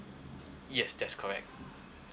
yes that's correct